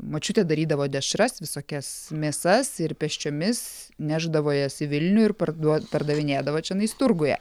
močiutė darydavo dešras visokias mėsas ir pėsčiomis nešdavo jas į vilnių ir parduo pardavinėdavo čionais turguje